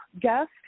guest